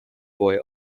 boy